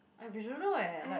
I we dont know eh like